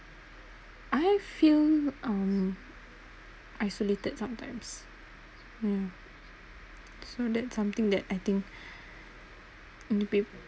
I feel um isolated sometimes mm so that something that I think going to be